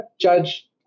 Judge